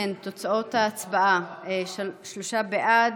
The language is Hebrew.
אם כן, תוצאות ההצבעה: שלושה בעד,